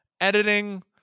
editing